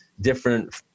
different